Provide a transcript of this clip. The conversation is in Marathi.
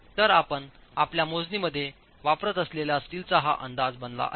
तर आपण आपल्या मोजणीमध्ये वापरत असलेल्या स्टीलचा हा अंदाज बनला आहे